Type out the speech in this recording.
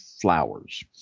flowers